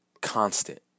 Constant